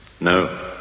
No